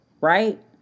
Right